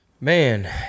Man